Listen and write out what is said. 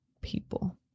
people